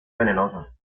venenosas